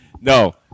No